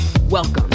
Welcome